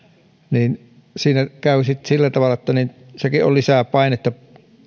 ja siinä käy sitten sillä tavalla että sekin on lisää painetta